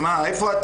עד שלוש דקות,